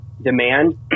demand